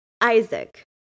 Isaac